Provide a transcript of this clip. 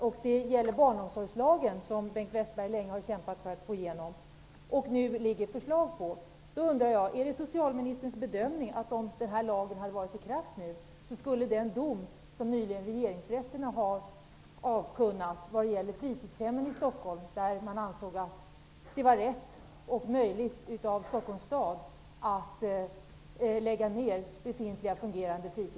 Bengt Westerberg har länge kämpat för att få igenom en barnomsorgslag, och det föreligger nu ett förslag till en sådan. Regeringsrätten har nyligen avkunnat en dom som berör fritidshemmen i Stockholm. Den ansåg att det var rätt och möjligt för Stockholms stad att lägga ned befintliga och fungerande fritidshem.